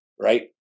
right